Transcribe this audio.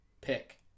pick